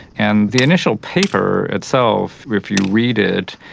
and the initial paper itself, if you read it,